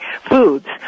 foods